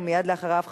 ומייד אחריו,